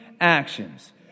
actions